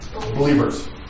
Believers